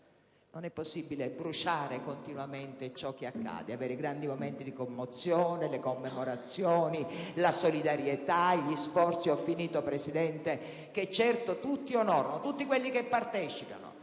Non è possibile bruciare continuamente ciò che accade, avere grandi momenti di commozione, le commemorazioni, la solidarietà, gli sforzi che, certo, tutti quelli che partecipano